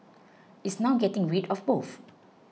it's now getting rid of both